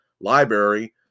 library